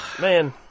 man